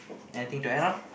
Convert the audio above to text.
anything to add on